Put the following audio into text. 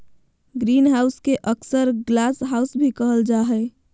greenhouse के अक्सर glasshouse भी कहल जा हइ